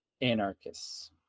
anarchists